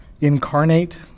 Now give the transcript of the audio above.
incarnate